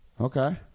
Okay